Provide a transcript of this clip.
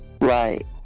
Right